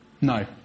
No